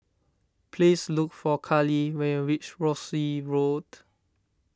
please look for Karlie when you reach Rosyth Road